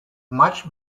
much